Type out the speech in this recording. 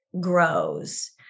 grows